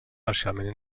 parcialment